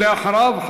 ואחריו,